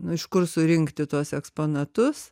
nu iš kur surinkti tuos eksponatus